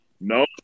No